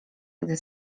gdy